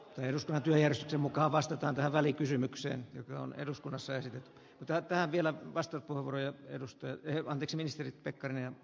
tehdas päätyi rissasen mukaan vastata välikysymykseen joka on eduskunnassa esitetty tätä vielä vasta tuore edustaja ei vangitsemiseen lisäaika